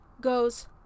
Goes